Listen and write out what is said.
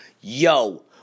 Yo